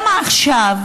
גם עכשיו